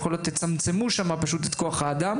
יכול להיות שתצמצמו שם את כוח האדם,